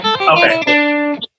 Okay